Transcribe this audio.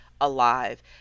alive